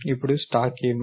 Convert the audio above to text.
ఇప్పుడు స్టాక్ ఏమిటి